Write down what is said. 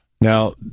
Now